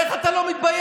איך אתה לא מתבייש?